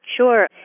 Sure